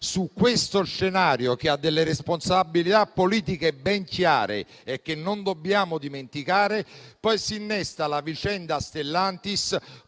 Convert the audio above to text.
Su questo scenario, che ha responsabilità politiche ben chiare e che non dobbiamo dimenticare, si innesta poi la vicenda Stellantis,